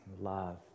love